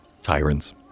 tyrants